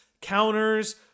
counters